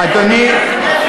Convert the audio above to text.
אדוני,